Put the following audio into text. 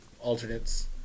Alternates